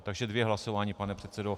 Takže dvě hlasování, pane předsedo.